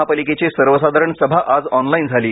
महापालिकेची सर्वसाधारण सभा आज ऑनलाईन झाली